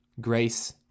Grace